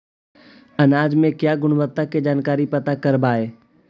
अनाज मे क्या गुणवत्ता के जानकारी पता करबाय?